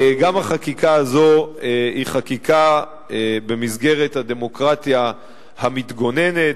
גם החקיקה הזאת היא חקיקה במסגרת הדמוקרטיה המתגוננת,